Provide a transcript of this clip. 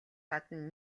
гадна